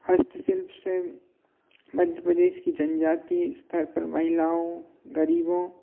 हस्त शिल्प से मध्य प्रदेश कि जनजाति स्तर पर महिलाओं ग़रीबों